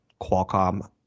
Qualcomm